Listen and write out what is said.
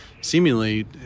seemingly